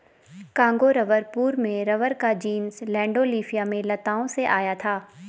Congo rubber पूर्व में rubber का जीनस लैंडोल्फिया में लताओं से आया था